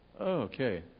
Okay